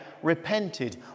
Repented